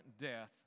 death